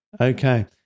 Okay